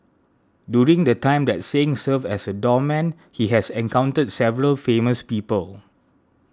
during the time that Singh served as a doorman he has encountered several famous people